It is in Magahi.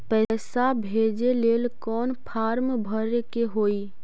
पैसा भेजे लेल कौन फार्म भरे के होई?